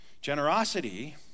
Generosity